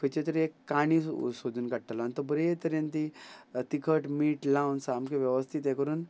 खंयचे तरी एक काणी सोदून काडटलो आनी तो बरे तरेन ती तिखट मीठ लावन सामकें वेवस्थीत हे करून